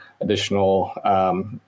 additional